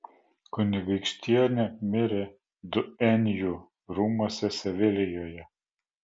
kunigaikštienė mirė duenjų rūmuose sevilijoje